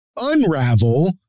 unravel